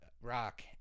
rock